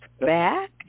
back